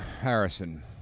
Harrison